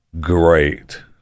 great